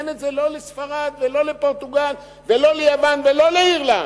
אין את זה לא לספרד ולא לפורטוגל ולא ליוון ולא לאירלנד.